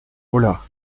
holà